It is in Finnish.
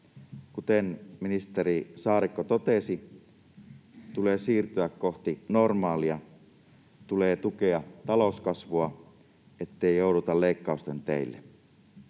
Kuten ministeri Saarikko totesi, tulee siirtyä kohti normaalia, tulee tukea talouskasvua, ettei jouduta leikkausten teille.